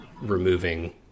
removing